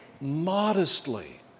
modestly